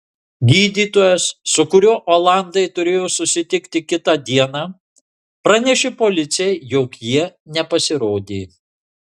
gydytojas su kuriuo olandai turėjo susitikti kitą dieną pranešė policijai jog jie nepasirodė